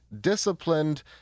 disciplined